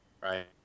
Right